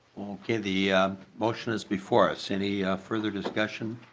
the the motion is before us. any yeah further discussion?